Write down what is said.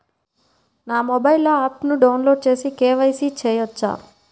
నా మొబైల్లో ఆప్ను డౌన్లోడ్ చేసి కే.వై.సి చేయచ్చా?